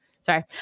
Sorry